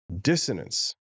dissonance